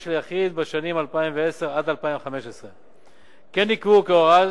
של יחיד בשנים 2010 2015. כן נקבעו כהוראה